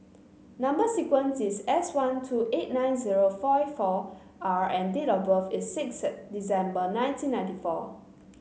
number sequence is S one two eight nine zero five four R and date of birth is sixth December nineteen ninety four